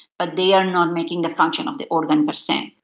but they are not making the function of the organ per se.